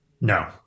No